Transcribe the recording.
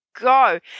go